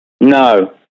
No